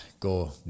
go